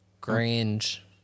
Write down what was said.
Grange